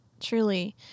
truly